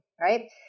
right